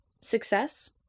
Success